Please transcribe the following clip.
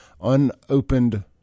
unopened